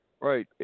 right